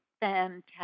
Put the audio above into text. fantastic